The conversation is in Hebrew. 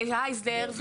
של הייזלר.